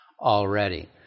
already